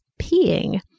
peeing